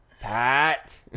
Pat